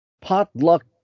potluck